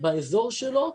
באזור שלו,